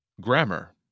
Grammar